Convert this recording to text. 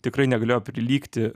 tikrai negalėjo prilygti